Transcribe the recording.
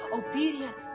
obedient